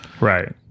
Right